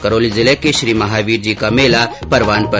करौली जिले के श्री महावीर जी का मेला परवान पर